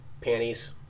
Panties